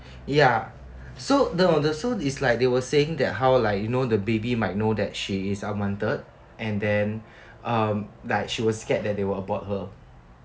ya so the so this like they were saying that how like you know the baby might know that she is unwanted and then um like she will scared that they will abort her